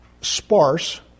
sparse